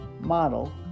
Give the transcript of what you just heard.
model